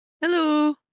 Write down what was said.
Hello